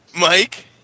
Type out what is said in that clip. Mike